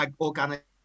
organic